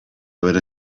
bere